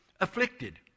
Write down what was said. afflicted